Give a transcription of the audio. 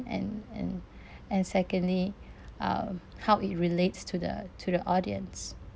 and and and secondly um how it relates to the to the audience